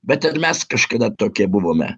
bet ir mes kažkada tokie buvome